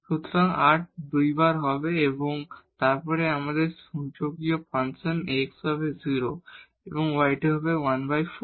সুতরাং r 2 বার হবে এবং তারপরে আমাদের সূচকীয় ফাংশন x হবে 0 এবং y2 হল 14